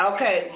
Okay